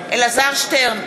אלעזר שטרן,